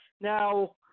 Now